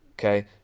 Okay